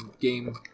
game